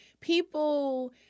people